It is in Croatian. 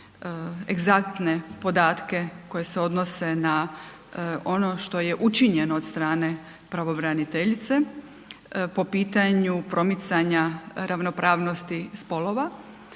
egzaktne podatke koje se odnose na ono što je učinjeno od strane pravobraniteljice po pitanju promicanja ravnopravnosti spolova